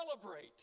celebrate